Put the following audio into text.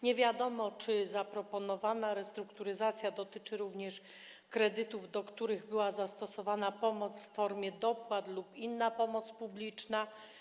Nie wiadomo, czy zaproponowana restrukturyzacja dotyczy również kredytów, do których była zastosowana pomoc w formie dopłat lub inna pomoc publiczna.